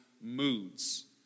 moods